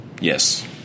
Yes